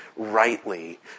Rightly